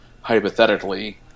hypothetically